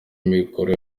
amikoro